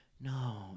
no